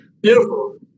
Beautiful